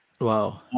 Wow